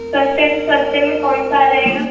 سَستے میں سَستے میں کون سا آ جائے گا